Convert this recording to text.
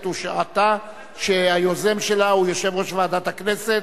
הושעתה) שהיוזם שלה הוא יושב-ראש ועדת הכנסת,